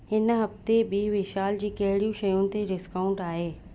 हिन हफ़्ते बि विशाल जी कहिड़ियूं शयुनि ते डिस्काउंट आहे